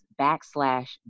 backslash